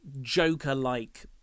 Joker-like